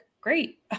great